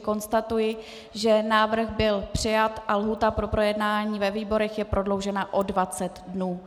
Konstatuji, že návrh byl přijat a lhůta pro projednání ve výborech je prodloužena o 20 dnů.